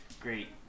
great